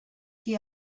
qui